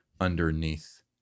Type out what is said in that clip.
underneath